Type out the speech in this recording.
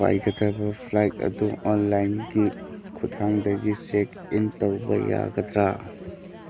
ꯄꯥꯏꯒꯗꯕ ꯐ꯭ꯂꯥꯏꯠ ꯑꯗꯨ ꯑꯣꯟꯂꯥꯏꯟꯒꯤ ꯈꯨꯊꯥꯡꯗꯒꯤ ꯆꯦꯛ ꯏꯟ ꯇꯧꯕ ꯌꯥꯒꯗ꯭ꯔꯥ